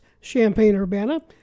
Champaign-Urbana